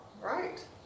right